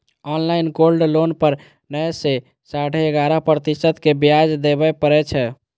online gold loan पर नौ सं साढ़े ग्यारह प्रतिशत के ब्याज देबय पड़ै छै